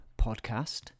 podcast